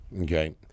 Okay